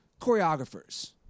choreographers